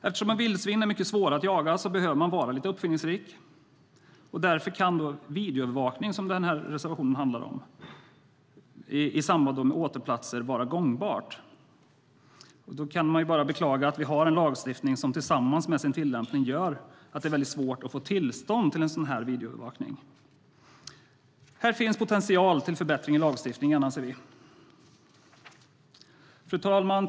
Eftersom vildsvin är mycket svåra att jaga behöver man vara uppfinningsrik, och därför kan videoövervakning, som vår reservation handlar om, i anslutning till åtelplatser vara gångbart. Man kan bara beklaga att vi har en lagstiftning som tillsammans med sin tillämpning gör det mycket svårt att få tillstånd för sådan videoövervakning. Här finns potential till förbättring i lagstiftningen, anser vi. Fru talman!